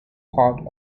part